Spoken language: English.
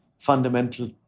fundamental